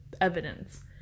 evidence